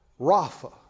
Rapha